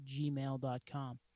gmail.com